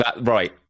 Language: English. right